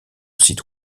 site